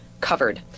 covered